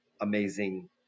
amazing